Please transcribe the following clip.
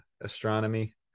astronomy